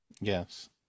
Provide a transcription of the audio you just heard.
Yes